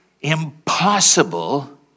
impossible